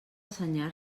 senyar